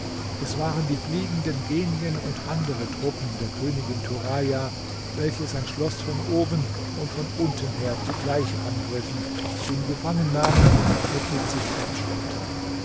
es waren die fliegenden genien und andere truppen der königin turaja welche sein schloß von oben und von unten her zugleich angriffen ihn gefangennahmen und mit sich